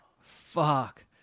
Fuck